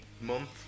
month